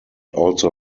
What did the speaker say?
also